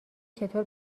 چطور